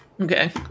Okay